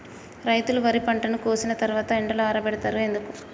రైతులు వరి పంటను కోసిన తర్వాత ఎండలో ఆరబెడుతరు ఎందుకు?